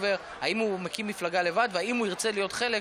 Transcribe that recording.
ובשעה 16:30 אנחנו נקיים ישיבה מיוחדת